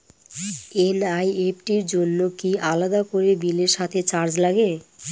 NEFT র জন্য কি আলাদা করে বিলের সাথে চার্জ লাগে?